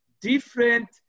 different